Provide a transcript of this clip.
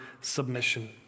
submission